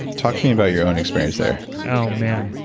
talk to me about your own experience there oh man.